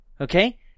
Okay